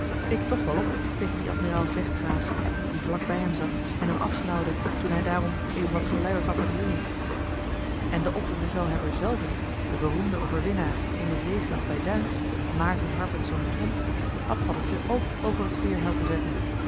toch wel op tegen dien admiraal vechtgraag die vlak bij hem zat en hem afsnauwde toen hij daarom even wat geluierd had met roeien en den opperbevelhebber zelven den beroemden overwinnaar in den zeeslag bij duins maerten harpertszoon tromp had paddeltje ook over het veer helpen